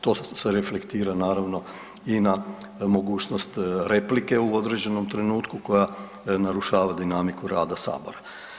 To se reflektira naravno i na mogućnost replike u određenom trenutku koja narušava dinamiku rada Sabora.